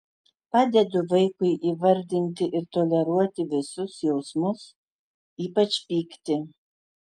padedu vaikui įvardinti ir toleruoti visus jausmus ypač pyktį